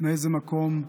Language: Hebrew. מאיזה מקום,